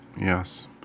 Yes